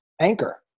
anchor